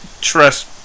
trust